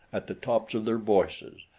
at the tops of their voices.